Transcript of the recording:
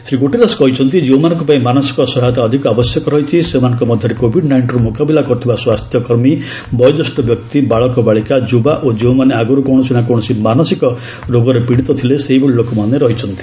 Shri Guterres କହିଛନ୍ତି ଯେଉଁମାନଙ୍କ ପାଇଁ ମାନସିକ ସହାୟତା ଅଧିକ ଆବଶ୍ୟକ ରହିଛି ସେମାନଙ୍କ ମଧ୍ୟରେ କୋଭିଡ୍ ନାଇଷ୍ଟିନ୍ର ମୁକାବିଲା କରୁଥିବା ସ୍ୱାସ୍ଥ୍ୟ କର୍ମୀ ବୟୋଜ୍ୟେଷ୍ଠ ବ୍ୟକ୍ତି ବାଳକ ବାଳିକା ଯୁବା ଓ ଯେଉଁମାନେ ଆଗରୁ କୌଣସି ନା କୌଣସି ମାନସିକ ରୋଗରେ ପିଡ଼ିତ ଥିଲେ ସେହିଭଳି ଲୋକମାନେ ରହିଛନ୍ତି